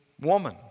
woman